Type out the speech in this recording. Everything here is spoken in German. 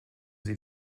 sie